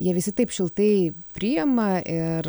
ir jie visi taip šiltai priema ir